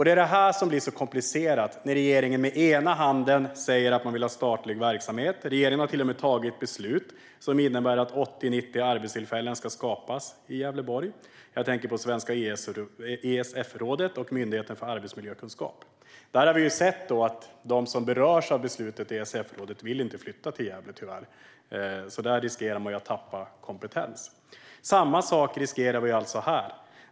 Det är detta som blir så komplicerat: Regeringen säger att man vill ha statlig verksamhet och har till och med tagit beslut som innebär att 80-90 arbetstillfällen ska skapas i Gävleborg; jag tänker på Svenska ESF-rådet och Myndigheten för arbetsmiljökunskap. Vi har sett att de som berörs av beslutet om ESF-rådet tyvärr inte vill flytta till Gävle, så där riskerar man att tappa kompetens. Samma sak riskerar vi alltså här.